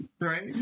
right